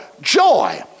joy